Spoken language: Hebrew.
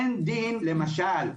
אין דין, למשל,